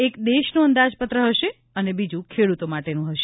એક દેશનું અંદાજપત્ર હશે અને બીજું ખેડૂતો માટેનું હશે